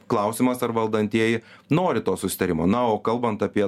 klausimas ar valdantieji nori to susitarimo na o kalbant apie